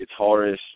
guitarist